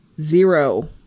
zero